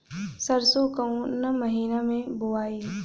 सरसो काउना महीना मे बोआई?